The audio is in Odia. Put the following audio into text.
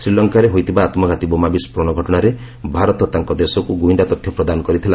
ଶ୍ରୀଲଙ୍କାରେ ହୋଇଥିବା ଆତ୍କଘାତି ବୋମା ବିସ୍କୋରଣ ଘଟଣାରେ ଭାରତ ତାଙ୍କ ଦେଶକୁ ଗୁଇନ୍ଦା ତଥ୍ୟ ପ୍ରଦାନ କରିଥିଲା